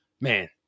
man